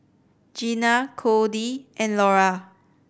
Gena Codey and Lora